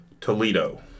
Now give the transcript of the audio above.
Toledo